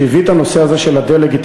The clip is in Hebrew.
שהביא את הנושא הזה של הדה-לגיטימציה.